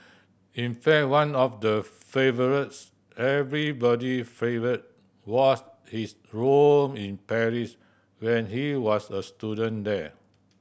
in fact one of the favourites everybody favourite was his room in Paris when he was a student there